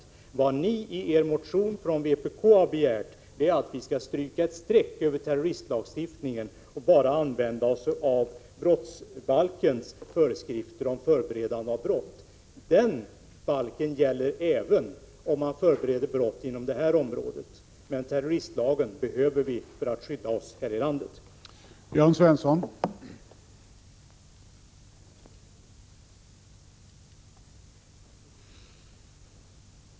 Vad ni från vpk i er motion begärt är att vi skall stryka ett streck över terroristlagstiftningen och bara använda oss av brottsbalkens föreskrifter om förberedande av brott. Prot. 1986/87:46 Den balken gäller även om man förbereder brott inom detta område. Men 10 december 1986 terroristlagen behöver vi för att skydda oss här i landet.